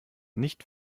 nicht